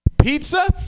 pizza